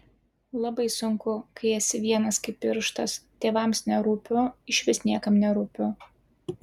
labai sunku kai esi vienas kaip pirštas tėvams nerūpiu išvis niekam nerūpiu